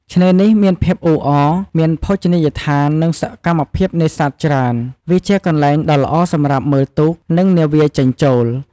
ឆ្នេរនេះមានភាពអ៊ូអរ មានភោជនីយដ្ឋាន និងសកម្មភាពនេសាទច្រើន វាជាកន្លែងដ៏ល្អសម្រាប់មើលទូក និងនាវាចេញចូល។